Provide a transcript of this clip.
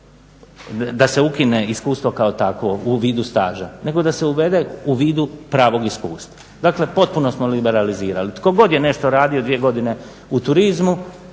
da se ukine iskustvo kao takvo u vidu staža, nego da se uvede u vidu prvog iskustva. Dakle potpuno smo liberalizirali, tko god je nešto radio dvije godine u turizmu